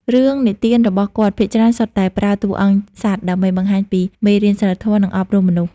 រឿងនិទានរបស់គាត់ភាគច្រើនសុទ្ធតែប្រើតួអង្គសត្វ ដើម្បីបង្ហាញពីមេរៀនសីលធម៌ និងអប់រំមនុស្ស។